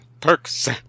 Perks